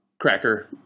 cracker